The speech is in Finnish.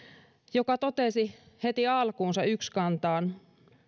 joka totesi heti alkuunsa ykskantaan